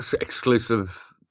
exclusive